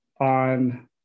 on